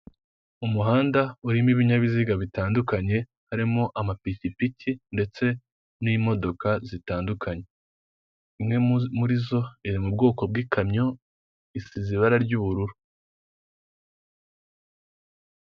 Umuhanda urimo ibinyabiziga bitandukanye, harimo amapikipiki ndetse n'imodoka zitandukanye, imwe muri zo iri mu bwoko bw'ikamyo isize irangi ry'ubururu.